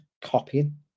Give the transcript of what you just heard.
copying